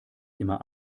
immer